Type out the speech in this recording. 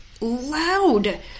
loud